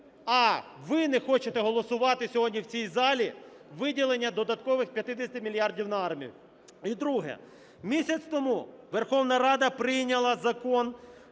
а ви не хочете голосувати сьогодні в цій залі виділення додаткових 50 мільярдів на армію. І друге. Місяць тому Верховна Рада прийняла Закон